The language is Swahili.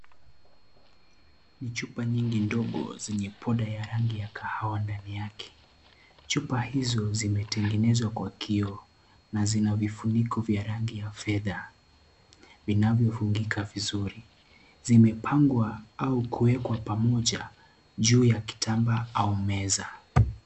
Ni chupa nyingi ndogo zenye poda ya rangi ya kahawa ndani yake. Chupa hizo zimetengenezwa kwa kioo na zina vifuniko vya rangi ya fedha vinavyofungika vizuri. Zimepangwa au kuwekwa pamoja juu ya kitambaa au meza.